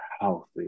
healthy